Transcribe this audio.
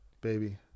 baby